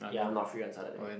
ya I'm not free on Saturday